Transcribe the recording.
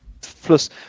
plus